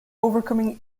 overcoming